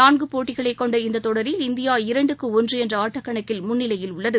நான்கு போட்டிகளைக் கொண்ட இந்த தொடரில் இந்தியா இரண்டுக்கு ஒன்று என்ற ஆட்டக் கணக்கில் முன்னிலையில் உள்ளது